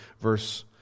verse